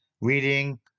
reading